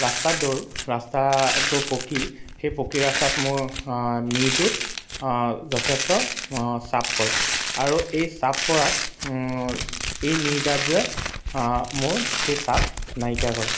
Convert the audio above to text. ৰাস্তাত দৌৰোঁ ৰাস্তাটো পকী সেই পকী ৰাস্তাত মোৰ নিটোত যথেষ্ট চাপ পৰে আৰু এই চাপ পৰাৰ এই নি গাৰ্ডযোৰে মোৰ সেই চাপ নাইকিয়া কৰে